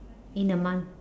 in a month